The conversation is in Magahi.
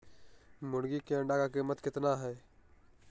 मुर्गी के अंडे का कीमत कितना है?